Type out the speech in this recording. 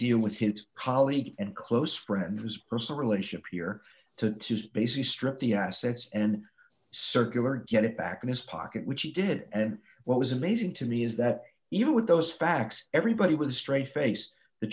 deal with his colleague and close friend whose personal relationship here to basically strip the assets and circular get it back in his pocket which he did and what was amazing to me is that even with those facts everybody was straight faced the